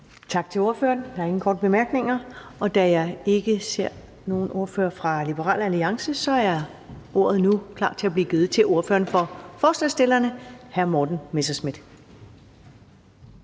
Tak til ordføreren. Der er ingen korte bemærkninger. Da jeg ikke ser nogen ordfører for Liberal Alliance, så er ordet nu klar til at blive givet til ordføreren for forslagsstillerne, hr. Morten Messerschmidt.